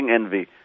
envy